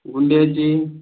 गुंड्याची